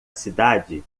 cidade